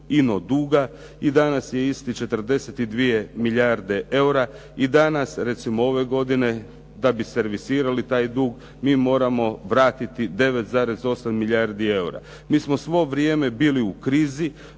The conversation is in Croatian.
i danas je isti 42 milijarde eura. I danas recimo ove godine da bi servisirali taj dug mi moramo vratiti 9,8 milijardi eura. Mi smo svo vrijeme bili u krizi